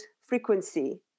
frequency